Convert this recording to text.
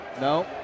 No